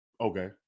Okay